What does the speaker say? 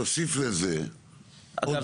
תוסיף לזה עוד